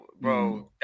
bro